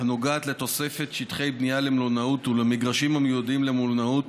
הנוגעת לתוספת שטחי בנייה למלונאות ולמגרשים המיועדים למלונאות,